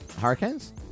Hurricanes